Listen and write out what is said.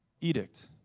edict